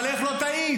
אבל איך לא טעית?